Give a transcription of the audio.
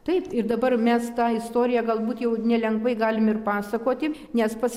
taip ir dabar mes tą istoriją galbūt jau nelengvai galim ir pasakoti nes pats